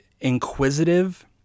inquisitive